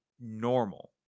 normal